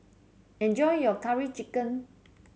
enjoy your Curry Chicken